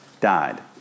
died